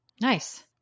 Nice